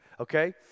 okay